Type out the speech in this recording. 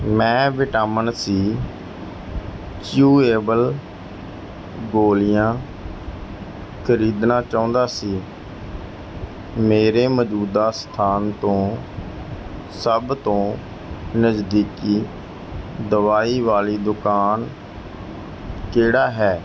ਮੈਂ vitamin C chewable ਗੋਲੀਆਂ ਖਰੀਦਣਾ ਚਾਹੁੰਦਾ ਸੀ ਮੇਰੇ ਮੌਜੂਦਾ ਸਥਾਨ ਤੋਂ ਸਭ ਤੋਂ ਨਜ਼ਦੀਕੀ ਦਵਾਈ ਵਾਲੀ ਦੁਕਾਨ ਕਿਹੜੀ ਹੈ